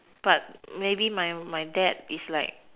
but maybe my my dad is like